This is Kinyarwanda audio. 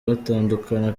batandukana